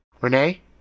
Renee